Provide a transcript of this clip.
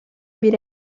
бирә